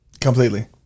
Completely